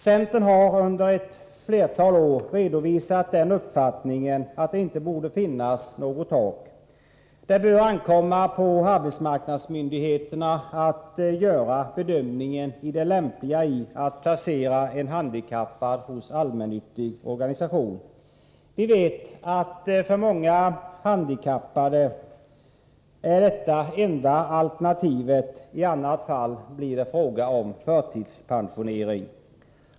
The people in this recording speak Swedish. Centern har under ett flertal år redovisat den uppfattningen att det inte borde finnas något tak. Det bör ankomma på arbetsmarknadsmyndigheterna att göra bedömningen i det lämpliga i att placera en handikappad hos en allmännyttig organisation. Vi vet att detta för många handikappade är enda alternativet — i annat fall blir det fråga om förtidspensionering.